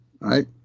right